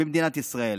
במדינת ישראל.